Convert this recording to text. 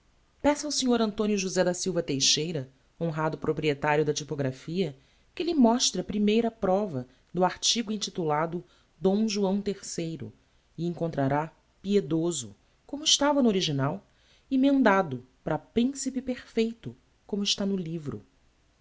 peça ao snr antonio josé da silva teixeira honrado proprietario da typographia que lhe mostre a primeira prova do artigo intitulado d joão iii e encontrará piedoso como estava no original emendado para principe perfeito como está no livro